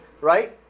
right